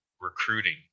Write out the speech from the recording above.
recruiting